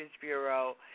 Bureau